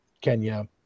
Kenya